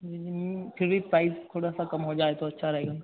फिर भी प्राइस थोड़ा सा कम हो जाए तो अच्छा रहेगा